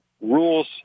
rules